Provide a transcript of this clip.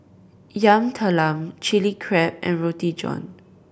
Yam Talam Chili Crab and Roti John